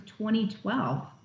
2012